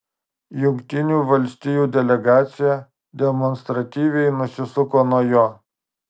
jungtinių valstijų delegacija demonstratyviai nusisuko nuo jo